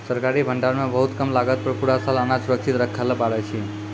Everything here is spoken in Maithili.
सरकारी भंडार मॅ बहुत कम लागत पर पूरा साल अनाज सुरक्षित रक्खैलॅ पारै छीं